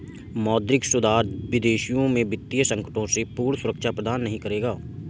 मौद्रिक सुधार विदेशों में वित्तीय संकटों से पूर्ण सुरक्षा प्रदान नहीं करेगा